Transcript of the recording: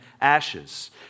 ashes